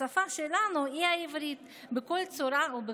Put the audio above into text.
השפה שלנו היא העברית בכל צורה ובכל רמה.